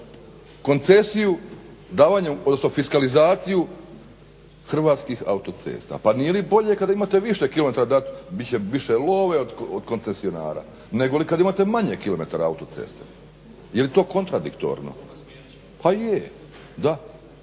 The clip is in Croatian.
koncesiju davanja, odnosno fiskalizaciju hrvatskih autocesta. Pa nije li bolje kada imate više kilometara dati, bit će više love od koncesionara negoli kad imate manje kilometara autocesta? Je li to kontradiktorno? Pa je, da.